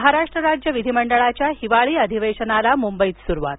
महाराष्ट्र राज्य विधिमंडळाच्या हिवाळी अधिवेशनाला मुंबईत सुरुवात